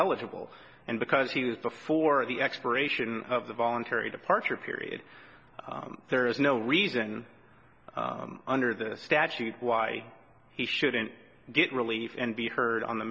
eligible and because he is before the expiration of the voluntary departure period there is no reason under the statute why he shouldn't get relief and be heard on the